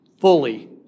fully